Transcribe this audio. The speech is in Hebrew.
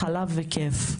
חלב וכייף,